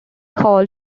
call